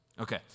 Okay